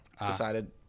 decided